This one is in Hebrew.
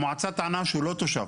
המועצה טענה שהוא לא תושב.